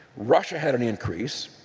russia had an increase.